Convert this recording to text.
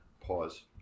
pause